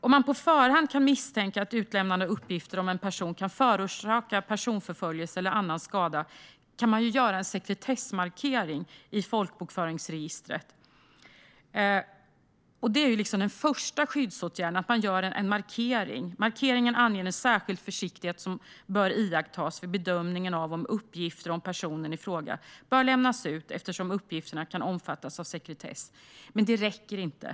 Om man på förhand kan misstänka att utlämnade uppgifter om en person kan förorsaka personförföljelse eller annan skada kan man göra en sekretessmarkering i folkbokföringsregistret. En markering är en första skyddsåtgärd, och den anger att en särskild försiktighet bör iakttas vid bedömningen av om uppgifter om personen i fråga bör lämnas ut eftersom uppgifterna kan omfattas av sekretess. Detta räcker dock inte.